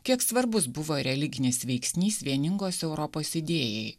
kiek svarbus buvo religinis veiksnys vieningos europos idėjai